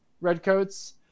redcoats